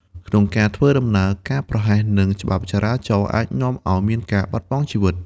ក្នុងការធ្វើដំណើរ ការប្រហែសនឹងច្បាប់ចរាចរណ៍អាចនាំឱ្យមានការបាត់បង់ជីវិត។